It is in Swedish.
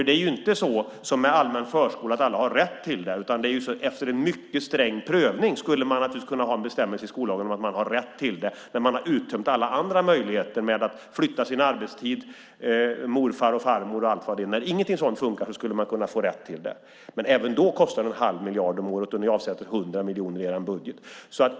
Det är inte som med allmän förskola att alla har rätt till det. Man skulle kunna ha en bestämmelse i skollagen om att man har rätt till det efter en mycket sträng prövning när man har uttömt alla andra möjligheter med att flytta sin arbetstid och med morfar och farmor och allt vad det är. När inget sådant fungerar skulle man kunna få rätt till det. Men även då kostar det en halv miljard om året, och ni avsätter 100 miljoner i er budget.